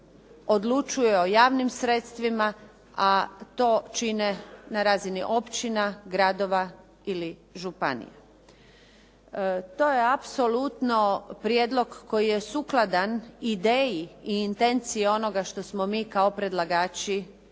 odlučuju o javnim sredstvima, a to čine na razini općina, gradova ili županija. To je apsolutno prijedlog koji je sukladan ideji i intenciji onoga što smo mi kao predlagači